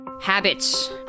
Habits